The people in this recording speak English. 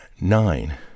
nine